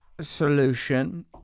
solution